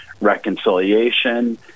reconciliation